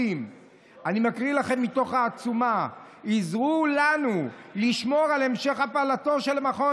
אני מקריא לכם מתוך העצומה: עזרו לנו לשמור על המשך הפעלתו של המכון